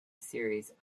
series